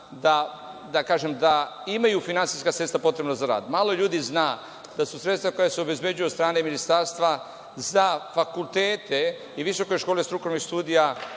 da imaju finansijska sredstva potrebna za rad. Malo ljudi zna da su sredstva koja se obezbeđuju od strane Ministarstva za fakultete i visoke škole strukovnih studija